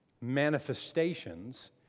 manifestations